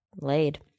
laid